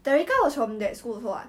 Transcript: did I tell you this before that time